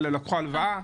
לקחו הלוואה,